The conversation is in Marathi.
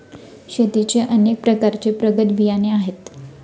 शेतीचे अनेक प्रकारचे प्रगत बियाणे आहेत